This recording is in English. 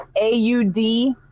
A-U-D